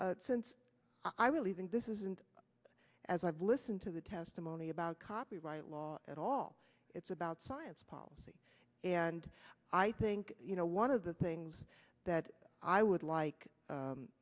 since i really think this isn't as i've listened to the testimony about copyright law at all it's about science policy and i think you know one of the things that i would like